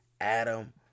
Adam